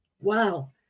Wow